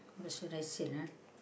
what should I say ah